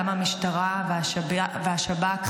גם המשטרה והשב"כ.